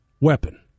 weapon